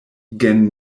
gan